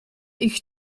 ich